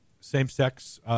same-sex